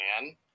man